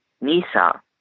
Nisa